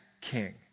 king